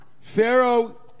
Pharaoh